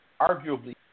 arguably